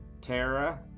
Terra